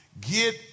Get